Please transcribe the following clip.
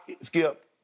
Skip